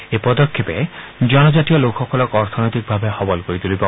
এই পদক্ষেপে জনজাতীয় লোকসকলক অৰ্থনৈতিকভাৱে সবল কৰি তুলিব